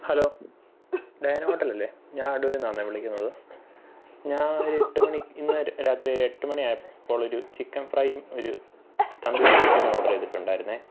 hello Diana hotel അല്ലേ ഞാൻ അടൂരിൽ നിന്നാണെ വിളിക്കുന്നത് ഞാൻ ഒരു എട്ടു മണി ഇന്ന് ര രാത്രി ഒരു എട്ടു മണി ആയപ്പോഴൊരു ചിക്കൻ ഫ്രൈയും ഒരു തന്തൂരി ചിക്കനും ഓഡർ ചെയ്തിട്ടുണ്ടായിരുന്നേ